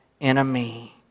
enemy